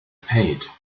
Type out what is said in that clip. paid